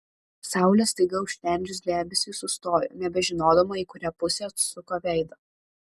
saulę staiga užtemdžius debesiui sustojo nebežinodama į kurią pusę atsuko veidą